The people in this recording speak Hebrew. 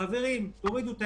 חברי אוסאמה סעדי ואני,